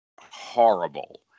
horrible